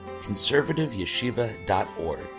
conservativeyeshiva.org